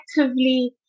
actively